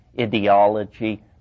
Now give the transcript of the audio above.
ideology